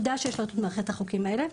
תודה שיש לנו את מערכת החוקים האלה,